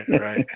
right